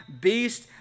beast